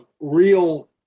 real